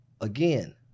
again